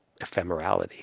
ephemerality